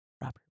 Robert